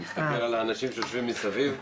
אני מסתכל על האנשים שיושבים מסביב,